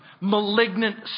malignant